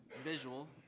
visual